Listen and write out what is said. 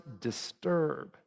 disturb